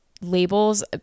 labels